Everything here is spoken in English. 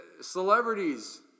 Celebrities